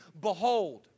Behold